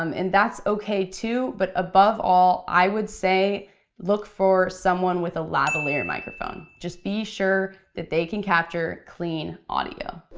um and that's okay too, but above all, i would say look for someone with a lavalier microphone. just be sure that they can capture clean audio.